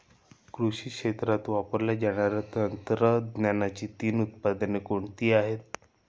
कृषी क्षेत्रात वापरल्या जाणाऱ्या तंत्रज्ञानाची तीन उदाहरणे कोणती आहेत?